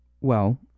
Well